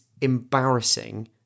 embarrassing